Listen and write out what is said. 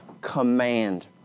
command